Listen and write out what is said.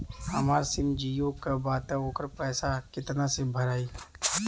हमार सिम जीओ का बा त ओकर पैसा कितना मे भराई?